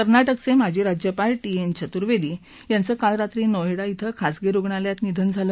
कर्ना क्रिचे माजी राज्यपाल ी एन चतुर्वेदी यांचं काल रात्री नॉएडा क्रि खासगी रूग्णालयात निधन झालं